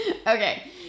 Okay